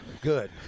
good